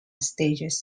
stages